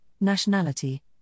nationality